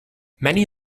many